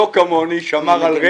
לא כמוני, שמר על רצף.